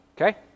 Okay